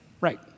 Right